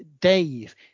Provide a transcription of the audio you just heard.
dave